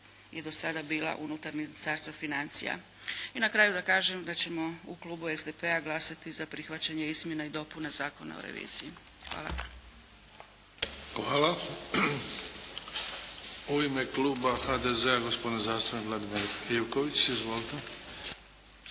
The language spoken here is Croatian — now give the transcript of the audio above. je do sada bila unutar Ministarstva financija. I na kraju da kažem da ćemo u klubu SDP-a glasati za prihvaćanje Izmjena i dopuna Zakona o reviziji. Hvala. **Bebić, Luka (HDZ)** Hvala. U ime kluba HDZ-a gospodin zastupnik Vladimir Ivković. Izvolite.